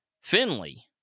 Finley